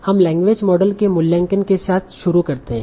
हम language model के मूल्यांकन के साथ शुरू करते हैं